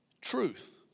truth